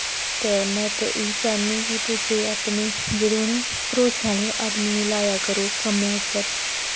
ते में ते एही चाह्नी कि तुस अपने जेह्ड़े हून भरोसे आह्ले आदमियें गी लाया करो कम्मैं उप्पर